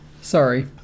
sorry